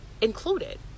included